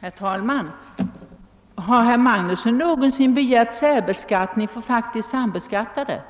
Herr talman! Har herr Magnusson i Borås någonsin begärt särbeskattning för faktiskt sambeskattade?